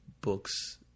books